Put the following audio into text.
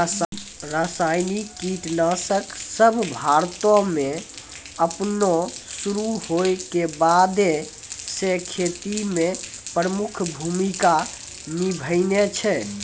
रसायनिक कीटनाशक सभ भारतो मे अपनो शुरू होय के बादे से खेती मे प्रमुख भूमिका निभैने छै